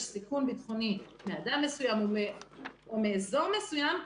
סיכון ביטחוני מאדם מסוים או מאזור מסוים,